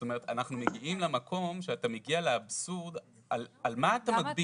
זאת אומרת אנחנו מגיעים למקום שאתה מגיע לאבסורד על מה אתה מגביל,